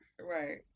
Right